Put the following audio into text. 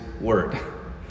word